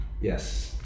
Yes